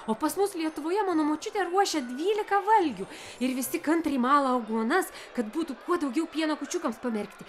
o pas mus lietuvoje mano močiutė ruošia dvylika valgių ir visi kantriai mala aguonas kad būtų kuo daugiau pieno kūčiukams pamerkti